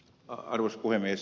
arvoisa puhemies